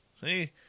See